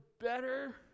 better